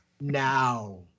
Now